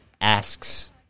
asks